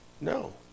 No